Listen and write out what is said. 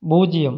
பூஜ்ஜியம்